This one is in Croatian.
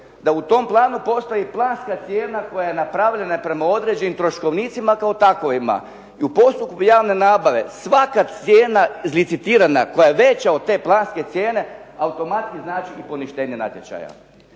da u tom planu postoji planska cijena koja je napravljena prema određenim troškovnicima kao takovima. I u postupku javne nabave svaka cijena izlicitirana, koja je veća od te planske cijene automatski znači i poništenje natječaja.